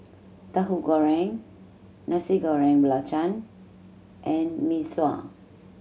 Tahu Goreng Nasi Goreng Belacan and Mee Sua